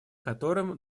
которым